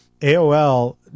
AOL